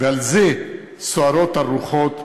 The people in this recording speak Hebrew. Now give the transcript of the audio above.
ועל זה סוערות הרוחות,